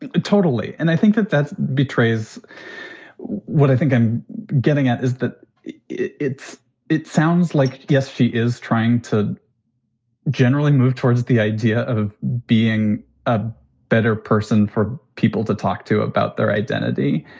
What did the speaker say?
totally. and i think that that betrays what i think i'm getting at is that it's it sounds like, yes, she is trying to generally move towards the idea of being a better person for people to talk to about their identity.